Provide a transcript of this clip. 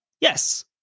Yes